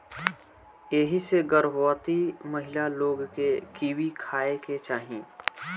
एही से गर्भवती महिला लोग के कीवी खाए के चाही